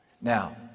Now